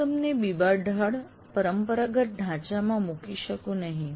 હું તેમને બીબાઢાળ પરંપરાગત ઢાંચા માં મૂકી શકું નહિ